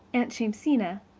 aunt jamesina,